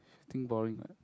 think boring ah